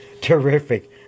terrific